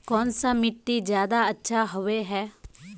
कौन सा मिट्टी ज्यादा अच्छा होबे है?